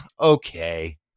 okay